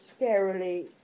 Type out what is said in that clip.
scarily